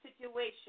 situation